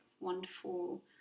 wonderful